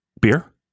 Beer